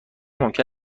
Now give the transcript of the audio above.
ممکن